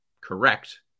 correct